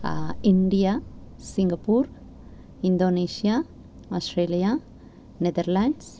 India Singapore Indonesia Australia Netherlands